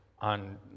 on